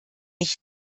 nicht